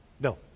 No